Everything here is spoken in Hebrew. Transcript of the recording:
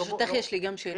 ברשותך יש לי גם שאלה.